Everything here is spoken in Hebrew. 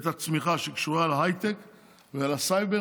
והצמיחה שקשורה להייטק ולסייבר,